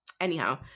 anyhow